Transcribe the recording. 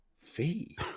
fee